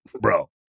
bro